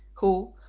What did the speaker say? who,